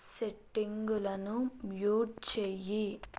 సెట్టింగులను mute చేయి